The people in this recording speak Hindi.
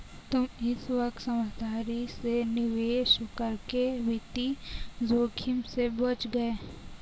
तुम इस वक्त समझदारी से निवेश करके वित्तीय जोखिम से बच गए